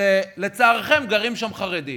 שלצערכם גרים בה חרדים,